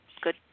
good